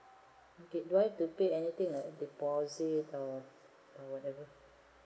okay do I have pay anything the deposit or whatever